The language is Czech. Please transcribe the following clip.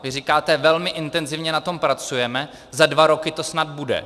Vy říkáte: velmi intenzivně na tom pracujeme, za dva roky to snad bude.